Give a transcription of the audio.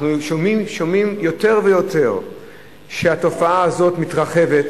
אנחנו שומעים יותר ויותר שהתופעה הזאת מתרחבת,